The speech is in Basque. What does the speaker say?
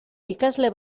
ikasle